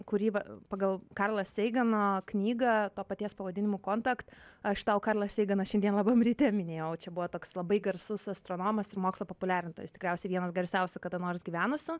kūrybą pagal karlo seigano knygą to paties pavadinimu contact aš tau karlą seiganą šiandien labam ryte minėjau čia buvo toks labai garsus astronomas ir mokslo populiarintojas tikriausiai vienas garsiausių kada nors gyvenusių